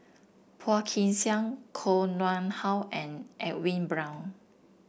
Phua Kin Siang Koh Nguang How and Edwin Brown